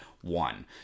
one